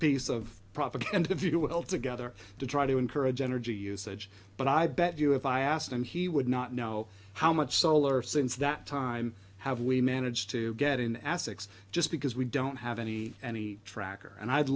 piece of propaganda if you will together to try to encourage energy usage but i bet you if i asked him he would not know how much solar since that time have we managed to get in assets just because we don't have any any tracker and i'd